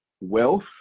wealth